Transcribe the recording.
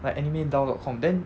like anime dull dot com